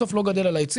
בסוף לא גדל על העצים.